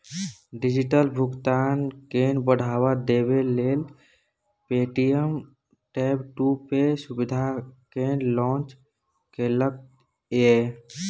digital भुगतान केँ बढ़ावा देबै लेल पे.टी.एम टैप टू पे सुविधा केँ लॉन्च केलक ये